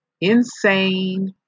Insane